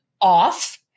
off